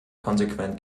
konsequent